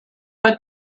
but